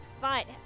fine